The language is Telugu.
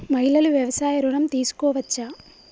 మహిళలు వ్యవసాయ ఋణం తీసుకోవచ్చా?